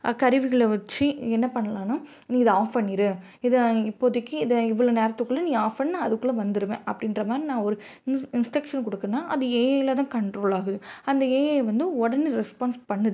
கருவிகளை வச்சு என்ன பண்ணலாம்னா நீ இதை ஆஃப் பண்ணிடு இதை இப்போதைக்கு இதை இவ்வளோ நேரத்துக்குள்ள நீ ஆஃப் பண்ணு நான் அதுக்குள்ள வந்துடுவேன் அப்படின்றமாரி நான் ஒரு இன் இன்ஸ்ட்ரக்ஷன் கொடுக்கணுன்னா அது ஏஐல தான் கண்ட்ரோல் ஆகுது அந்த ஏஐ வந்து உடனே ரெஸ்பான்ஸ் பண்ணுது